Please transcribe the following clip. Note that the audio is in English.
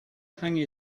hang